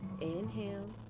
inhale